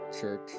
Church